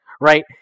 right